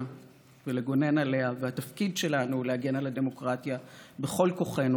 ולגונן עליה והתפקיד שלנו להגן על הדמוקרטיה בכל כוחנו,